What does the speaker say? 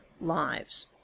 lives